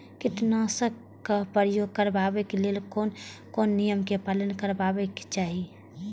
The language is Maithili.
कीटनाशक क प्रयोग करबाक लेल कोन कोन नियम के पालन करबाक चाही?